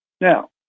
Now